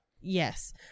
Yes